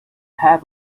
heap